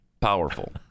Powerful